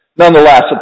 Nonetheless